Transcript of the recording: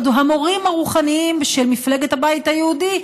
המורים הרוחניים של מפלגת הבית היהודי,